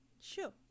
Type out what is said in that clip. Sure